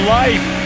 life